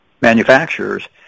manufacturers